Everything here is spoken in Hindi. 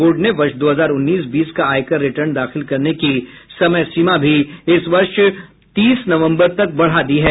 बोर्ड ने वर्ष दो हजार उन्नीस बीस का आयकर रिटर्न दाखिल करने की समय सीमा भी इस वर्ष तीस नवंबर तक बढ़ा दी है